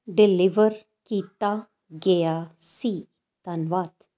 deliver ਕੀਤਾ ਗਿਆ ਸੀ ਧੰਨਵਾਦ